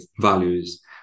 values